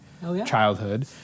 childhood